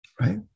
Right